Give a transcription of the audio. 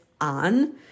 on